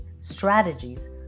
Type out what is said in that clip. strategies